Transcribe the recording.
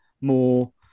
more